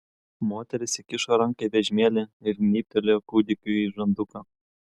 moteris įkišo ranką į vežimėlį ir gnybtelėjo kūdikiui į žanduką